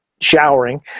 showering